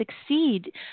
succeed